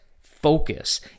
focus